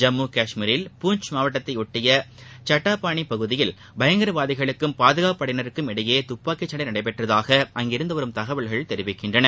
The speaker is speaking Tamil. ஜம்மு காஷ்மீரில் பூஞ்ச் மாவட்டத்தையொட்டிய சட்டாபானி பகுதியில் பயங்கரவாதிகளுக்கும் பாதுனப்பு படையினருக்கும் இடையே துப்பாக்கி சண்டை நடைபெற்றதாக அங்கிருந்து வரும் தகவல்கள் தெரிவிக்கின்றன